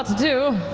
do.